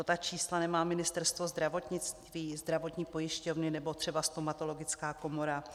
To ta čísla nemá Ministerstvo zdravotnictví, zdravotní pojišťovny nebo třeba stomatologická komora?